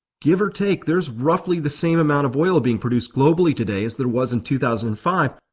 give or take there's roughly the same amount of oil being produced globally today as there was in two thousand and five,